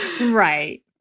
right